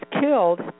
killed